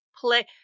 play